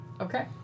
okay